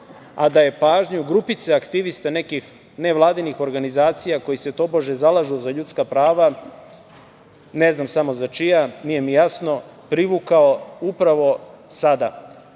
a da je pažnju grupice aktivista nekih nevladinih organizacija, koji se tobože zalažu za ljudska prava, ne zna samo za čija, nije mi jasno, privukao upravo sada